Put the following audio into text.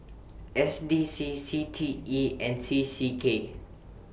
S D C C T E and C C K